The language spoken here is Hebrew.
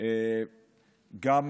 לפחות,